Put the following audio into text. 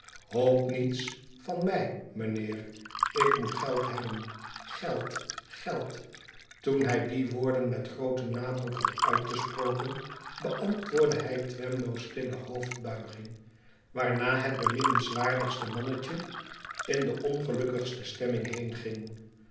hoop niets van mij mijnheer ik moet geld hebben geld geld toen hij die woorden met grooten nadruk had uitgesproken beantwoordde hij twemlow's stille hoofdbuiging waarna het beminnenswaardige mannetje in de ongelukkigste stemming